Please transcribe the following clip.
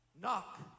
knock